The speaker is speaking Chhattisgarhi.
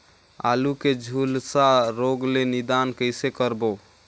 आलू के झुलसा रोग ले निदान कइसे करबो?